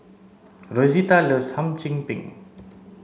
rosita loves hum chim peng